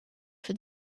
for